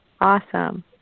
Awesome